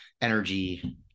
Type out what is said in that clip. energy